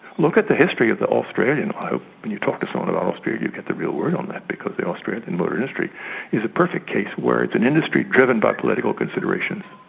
look at the history of the australian i hope you'll talk to someone about australia to get the real word on that, because the australian and motor industry is a perfect case where it's an industry driven by political consideration,